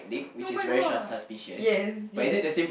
oh-my-god yes yes